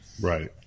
Right